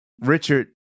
Richard